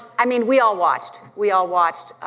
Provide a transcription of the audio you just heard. i mean we all watched, we all watched,